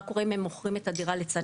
מה קורה אם הם מוכרים את הדירה לצד